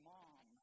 Mom